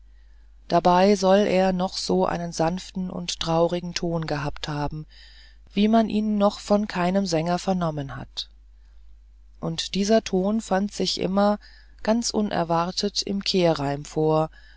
dabei soll er noch so einen sanften und traurigen ton gehabt haben wie man ihn noch von keinem sänger vernommen hat und dieser ton fand sich immer ganz unerwartet im kehrreim vor